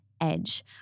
edge